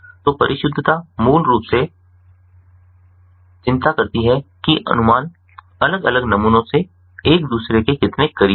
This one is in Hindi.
तो परिशुद्धता मूल रूप से चिंता करती है कि अनुमान अलग अलग नमूनों से एक दूसरे के कितने करीब हैं